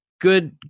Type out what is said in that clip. good